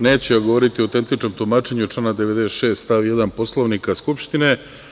Neću ja govoriti o autentičnom tumačenju člana 96. stav 1. Poslovnika Skupštine.